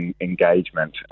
engagement